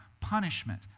punishment